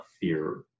fear